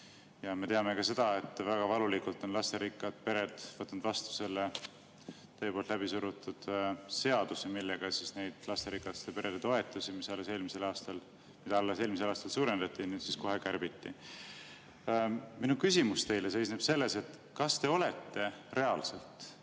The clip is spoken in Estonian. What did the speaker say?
Me teame ka seda, et väga valulikult on lasterikkad pered võtnud vastu selle teie läbisurutud seaduse, millega neid lasterikaste perede toetusi, mida alles eelmisel aastal suurendati, kohe kärbiti. Minu küsimus teile seisneb selles, et kas te olete reaalselt,